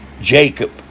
Jacob